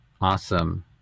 awesome